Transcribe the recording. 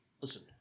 Listen